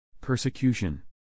Persecution